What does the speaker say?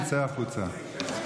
יצא החוצה.